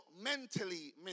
mentally